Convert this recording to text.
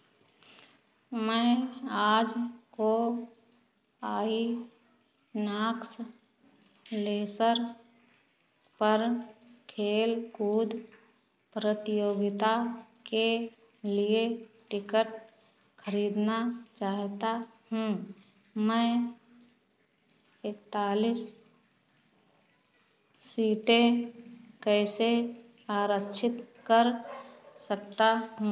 मैं आज को आईनाक्स लेसर पर खेल कूद प्रतियोगिता के लिए टिकट खरीदना चाहता हूँ मैं एकतालीस सीटें कैसे आरक्षित कर सकता हूँ